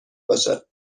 باشد